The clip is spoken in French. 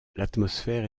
l’atmosphère